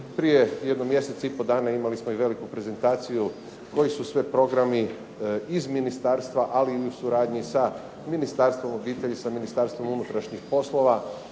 Prije jedno mjesec i pol dana imali smo i veliku prezentaciju koji su sve programi iz ministarstva, ali i u suradnji sa Ministarstvom obitelji, sa Ministarstvom unutrašnjih poslova